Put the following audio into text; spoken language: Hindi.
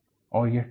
और यह ठीक है